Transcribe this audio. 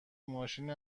ماشین